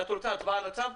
את רוצה הצבעה על הצו?